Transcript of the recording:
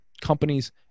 companies